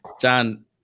John